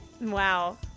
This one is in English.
Wow